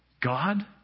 God